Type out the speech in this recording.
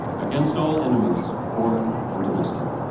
against all enemies, foreign and domestic.